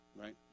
right